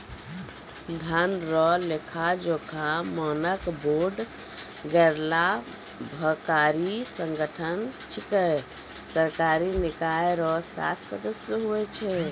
धन रो लेखाजोखा मानक बोर्ड गैरलाभकारी संगठन छिकै सरकारी निकाय रो सात सदस्य हुवै छै